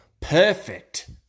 perfect